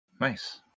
Nice